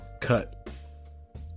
cut